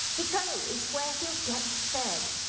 he goes where he'll get fed.